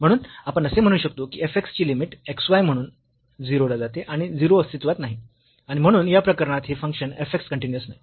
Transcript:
म्हणून आपण असे म्हणू शकतो की f x ची लिमिट x y म्हणून 0 ला जाते आणि 0 अस्तित्वात नाही आणि म्हणून या प्रकरणात हे फंक्शन f x कन्टीन्यूअस नाही